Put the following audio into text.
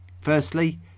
Firstly